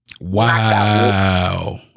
Wow